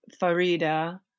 Farida